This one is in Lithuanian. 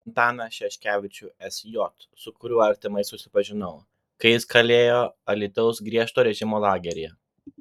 antaną šeškevičių sj su kuriuo artimai susipažinau kai jis kalėjo alytaus griežto režimo lageryje